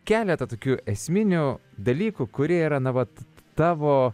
keletą tokių esminių dalykų kurie yra na vat tavo